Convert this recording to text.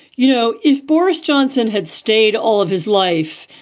you know, if boris johnson had stayed all of his life,